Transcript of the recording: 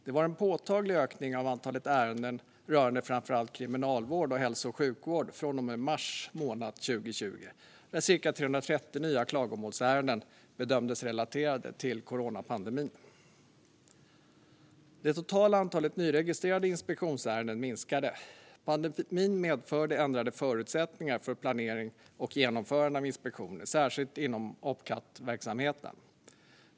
Det var en påtaglig ökning av antal ärenden rörande framför allt kriminalvård och hälso och sjukvård från och med mars månad 2020, där cirka 330 nya klagomålsärenden bedömdes relaterade till coronapandemin. Det totala antalet nyregistrerade inspektionsärenden minskade. Pandemin medförde ändrade förutsättningar för planering och genomförande av inspektioner, särskilt inom Opcat-verksamheten.